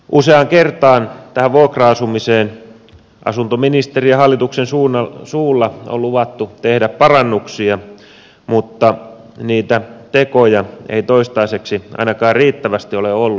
useaan kertaan tähän vuokra asumiseen asuntoministerin ja hallituksen suulla on luvattu tehdä parannuksia mutta niitä tekoja ei toistaiseksi ainakaan riittävästi ole ollut